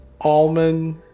almond